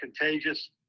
contagious